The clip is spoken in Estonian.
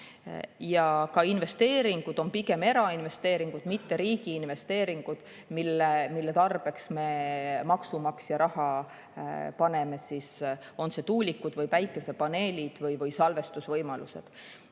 Ka investeeringud on pigem erainvesteeringud, mitte riigi investeeringud, mille tarbeks me maksumaksja raha paneme, on need tuulikud või päikesepaneelid või salvestusvõimalused.